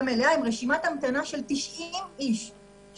מלאה עם רשימת המתנה של 30 נערים.